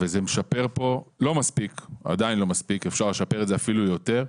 וזה משפר פה לא מספיק; אפשר לשפר את זה אפילו יותר.